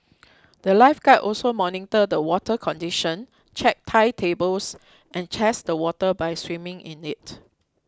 the lifeguards also monitor the water condition check tide tables and test the water by swimming in it